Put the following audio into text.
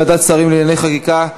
ועדת שרים לענייני חקיקה),